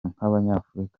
nk’abanyafurika